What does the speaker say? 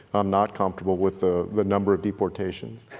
i'm not comfortable with the the number of deportations.